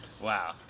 Wow